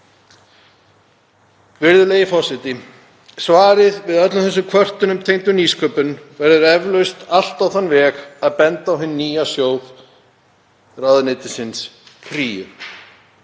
Virðulegi forseti. Svarið við öllum þessum kvörtunum tengdum nýsköpun verður eflaust allt á þann veg að benda á hinn nýja sjóð ráðuneytisins, Kríu,